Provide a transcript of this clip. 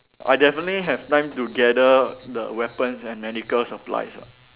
I definitely have time to gather the weapons and medical supplies lah